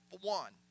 one